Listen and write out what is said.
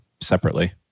separately